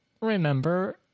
remember